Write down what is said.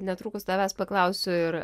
netrukus tavęs paklausiu ir